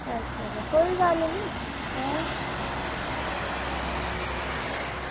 आं अच्छा कोई गल्ल निं अं